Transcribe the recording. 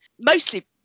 mostly